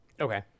Okay